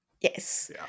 Yes